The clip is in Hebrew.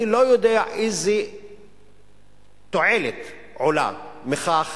אני לא יודע איזה תועלת עולה מכך